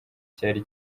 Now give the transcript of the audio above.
cyari